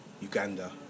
Uganda